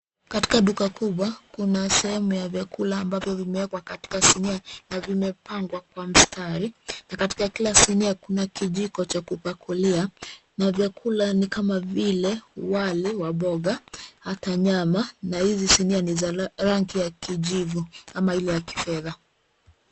Katika duka kubwa kuna sehemu ya vyakula ambavyo vimeekwa katika sinia na vimepangwa kwa mstari na katika kila sinia kuna kijiko cha kupakulia na vyakula ni kama vile wali wa mboga, ata nyama na hizi sinia ni za rangi ya kijivu ama ile ya kifedha.